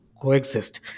coexist